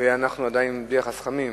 ואנחנו עדיין בלי החסכמים.